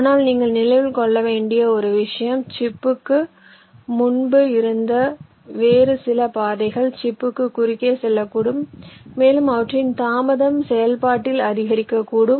ஆனால் நீங்கள் நினைவில் கொள்ள வேண்டிய ஒரு விஷயம் சிப்புக்கு முன்பு இருந்த வேறு சில பாதைகள் சிப்புக்கு குறுக்கே செல்லக்கூடும் மேலும் அவற்றின் தாமதம் செயல்பாட்டில் அதிகரிக்கக்கூடும்